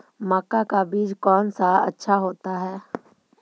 मक्का का बीज कौन सा अच्छा होता है?